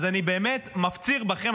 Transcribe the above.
אז אני באמת מפציר בכם,